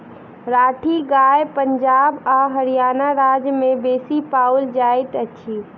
राठी गाय पंजाब आ हरयाणा राज्य में बेसी पाओल जाइत अछि